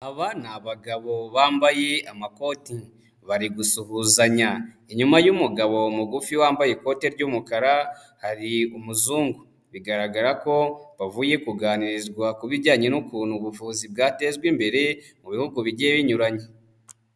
Aba ni abagabo bambaye amakoti bari gusuhuzanya, inyuma y'umugabo mugufi wambaye ikote ry'umukara hari umuzungu, bigaragara ko bavuye kuganirizwa ku bijyanye n'ukuntu ubuvuzi bwatezwa imbere mu bihugu bigiye binyuranye.